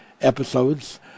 episodes